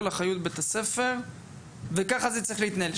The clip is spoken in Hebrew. האחריות על ביה"ס וככה זה צריך להתנהל.